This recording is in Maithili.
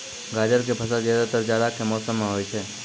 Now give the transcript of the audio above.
गाजर के फसल ज्यादातर जाड़ा के मौसम मॅ होय छै